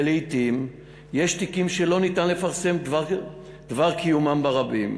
לעתים יש תיקים שלא ניתן לפרסם דבר קיומם ברבים,